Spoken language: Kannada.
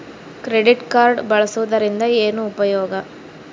ಕ್ರೆಡಿಟ್ ಕಾರ್ಡ್ ಬಳಸುವದರಿಂದ ಏನು ಉಪಯೋಗ?